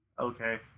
Okay